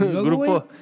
Grupo